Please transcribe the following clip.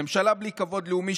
ממשלה בלי כבוד לאומי,